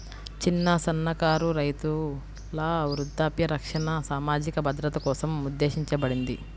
చిన్న, సన్నకారు రైతుల వృద్ధాప్య రక్షణ సామాజిక భద్రత కోసం ఉద్దేశించబడింది